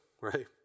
right